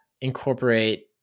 incorporate